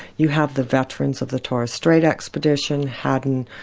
you have the veterans of the torres strait expedition, haddon,